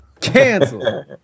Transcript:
Cancel